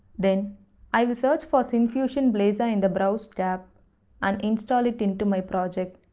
then i'll search for syncfusion blazor in the browse tab and install it into my project.